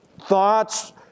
thoughts